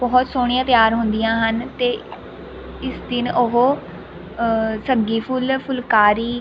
ਬਹੁਤ ਸੋਹਣੀਆਂ ਤਿਆਰ ਹੁੰਦੀਆਂ ਹਨ ਅਤੇ ਇਸ ਦਿਨ ਉਹ ਸੱਗੀ ਫੁੱਲ ਫੁਲਕਾਰੀ